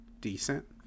decent